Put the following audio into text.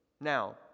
Now